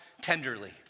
tenderly